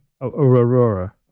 Aurora